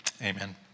Amen